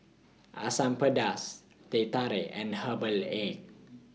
Asam Pedas Teh Tarik and Herbal Egg